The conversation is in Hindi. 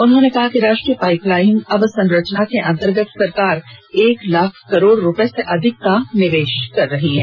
उन्होंने कहा कि राष्ट्रीय पाईपलाइन अवसंरचना के अंतर्गत सरकार एक लाख करोड़ रुपये से अधिक का निवेश कर रही है